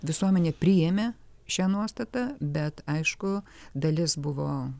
visuomenė priėmė šią nuostatą bet aišku dalis buvo